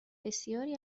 بسیاری